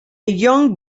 young